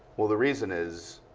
well the reason is,